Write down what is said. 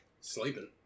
Sleeping